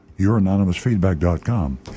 youranonymousfeedback.com